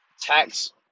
tax